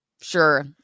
sure